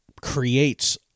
creates